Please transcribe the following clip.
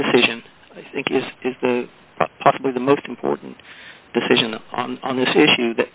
decision i think is possibly the most important decision on this issue that